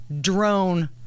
drone